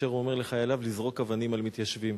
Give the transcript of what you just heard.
כאשר הוא אומר לחייליו לזרוק אבנים על מתיישבים.